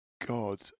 God